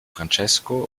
francesco